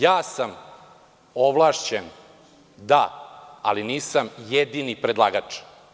Ja sam ovlašćen, da, ali nisam jedini predlagač.